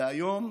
והיום,